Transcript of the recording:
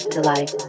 Delight